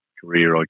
career